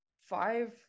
five